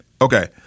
Okay